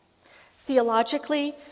Theologically